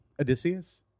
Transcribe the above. Odysseus